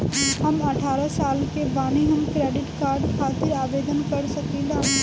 हम अठारह साल के बानी हम क्रेडिट कार्ड खातिर आवेदन कर सकीला?